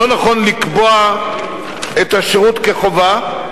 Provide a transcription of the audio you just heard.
לא נכון לקבוע את השירות כחובה,